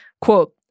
Quote